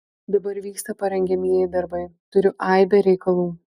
dabar vyksta parengiamieji darbai turiu aibę reikalų